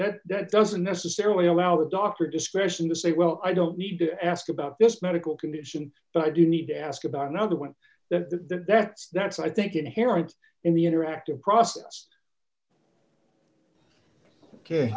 that that doesn't necessarily allow the doctor discretion to say well i don't need to ask about this medical condition but i do need to ask about another one that that's that's i think inherent in the interactive process ok